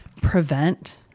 prevent